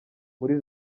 muri